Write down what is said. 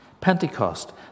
Pentecost